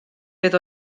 beth